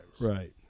Right